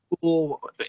cool